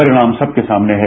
परिणाम सबके सामने है